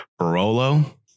Barolo